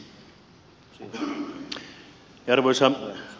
arvoisa puhemies